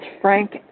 Frank